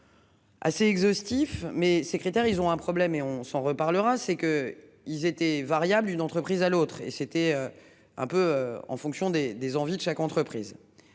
Assez exhaustif mais ces critères, ils ont un problème et on s'en reparlera c'est que ils étaient variable une entreprise à l'autre et c'était. Un peu en fonction des, des envies de chaque entreprise.